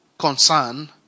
concern